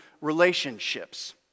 relationships